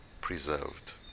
preserved